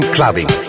Clubbing